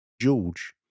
George